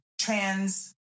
trans